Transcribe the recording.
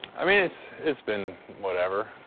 i mean, it's it's been whatever.